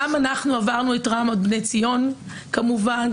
גם אנחנו עברנו את טראומת בני ציון, כמובן.